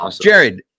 Jared